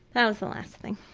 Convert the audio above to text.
that was the last thing.